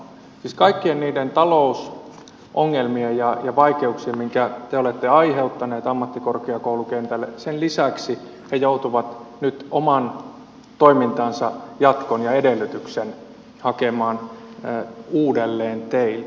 siis kaikkien niiden talousongelmien ja vaikeuksien lisäksi mitkä te olette aiheuttaneet ammattikorkeakoulukentälle ne joutuvat nyt oman toimintansa jatkon ja edellytyksen hakemaan uudelleen teiltä